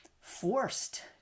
forced